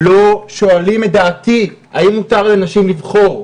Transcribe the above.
כמו שלא שואלים את דעתי האם מותר לנשים לבחור,